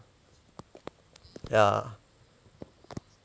ya